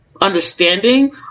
understanding